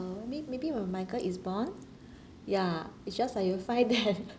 uh maybe maybe when my my girl is born ya it's just like you find that